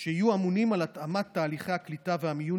שיהיו אמונים על התאמת תהליכי הקליטה והמיון